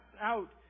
out